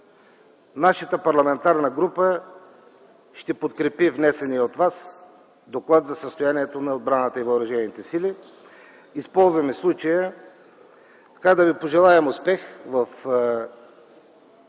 нашата парламентарна група ще подкрепи внесения от Вас Доклад за състоянието на отбраната и въоръжените сили. Използваме случая да Ви пожелаем успех във